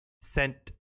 sent